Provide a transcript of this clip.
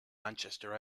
manchester